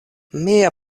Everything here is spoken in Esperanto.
mia